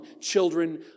children